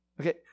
Okay